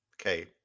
Okay